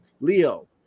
Leo